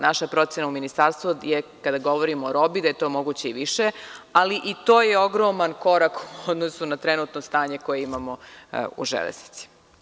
Naša procena u Ministarstvu je, kada govorimo o robi, da je to moguće i više, ali i to je ogroman korak u odnosu na trenutno stanje koje imamo u Železnici.